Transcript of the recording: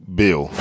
bill